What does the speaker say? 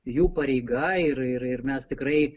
jų pareiga ir ir mes tikrai